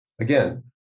Again